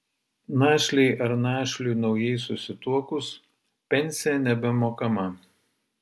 našlei ar našliui naujai susituokus pensija nebemokama